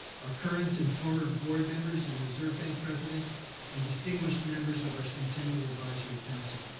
our current and former board members and reserve bank presidents and distinguished members of our centennial advisory council.